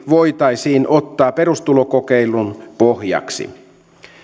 voitaisiin ottaa perustulokokeilun pohjaksi